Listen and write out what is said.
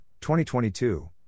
2022